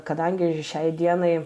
kadangi šiai dienai